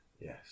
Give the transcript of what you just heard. Yes